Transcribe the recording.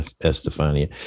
Estefania